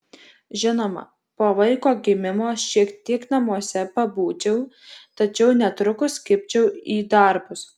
žinoma po vaiko gimimo šiek tiek namuose pabūčiau tačiau netrukus kibčiau į darbus